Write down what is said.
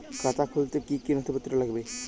খাতা খুলতে কি কি নথিপত্র লাগবে?